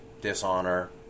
dishonor